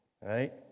Right